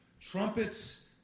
Trumpets